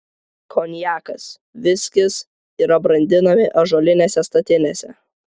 konjakas viskis yra brandinami ąžuolinėse statinėse